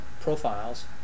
profiles